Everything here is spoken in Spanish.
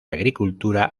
agricultura